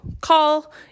call